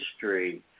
history